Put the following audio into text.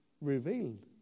revealed